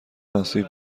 آسیب